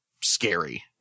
scary